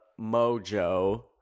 Mojo